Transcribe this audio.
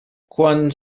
quan